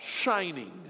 shining